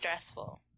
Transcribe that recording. stressful